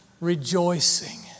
rejoicing